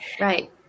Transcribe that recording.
Right